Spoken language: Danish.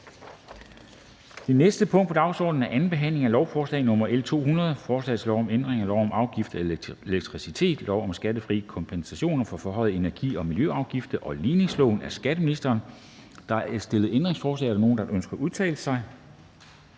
Det næste punkt på dagsordenen er: 25) 2. behandling af lovforslag nr. L 200: Forslag til lov om ændring af lov om afgift af elektricitet, lov om skattefri kompensation for forhøjede energi- og miljøafgifter og ligningsloven. (Nedsættelse af den almindelige elafgift, afskaffelse